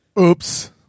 Oops